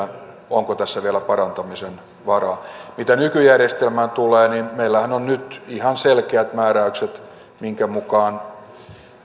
onko tässä vielä parantamisen varaa mitä nykyjärjestelmään tulee niin meillähän on nyt ihan selkeät määräykset minkä mukaan